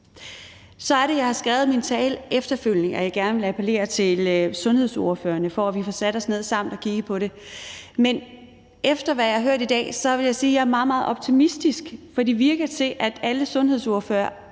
Så er det, jeg har skrevet i min tale efterfølgende, at jeg gerne vil appellere til sundhedsordførerne om, at vi får sat os ned sammen og kigget på det, men efter hvad jeg har hørt i dag, vil jeg sige, at jeg er meget, meget optimistisk. For det virker til, at alle sundhedsordførere